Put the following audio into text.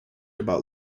about